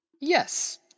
Yes